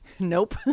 Nope